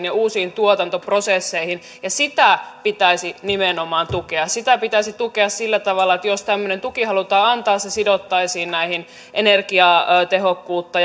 ja uusiin tuotantoprosesseihin ja sitä pitäisi nimenomaan tukea sitä pitäisi tukea sillä tavalla että jos tämmöinen tuki halutaan antaa se sidottaisiin näihin energiatehokkuutta